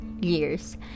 years